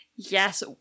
Yes